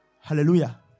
Hallelujah